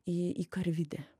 į į karvidę